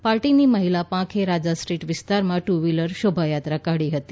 પાર્ટીની મહિલા પાંખે રાજા સ્ટ્રીટ વિસ્તારમાં ટુ વ્હિલર શોભાયાત્રા કાઢી હતી